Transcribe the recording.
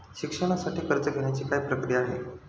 शिक्षणासाठी कर्ज घेण्याची काय प्रक्रिया आहे?